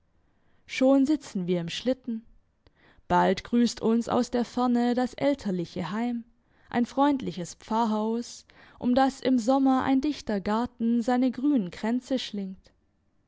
schon sitzen wir im schlitten bald grüsst uns aus der ferne das elterliche heim ein freundliches pfarrhaus um das im sommer ein dichter garten seine grünen kränze schlingt